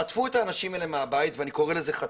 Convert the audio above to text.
חטפו את האנשים האלה מהבית, ואני קורא זה חטפו.